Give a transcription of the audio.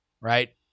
right